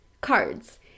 cards